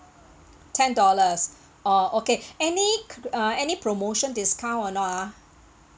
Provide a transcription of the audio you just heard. ten dollars oh okay any co~ uh any promotion discount or not ah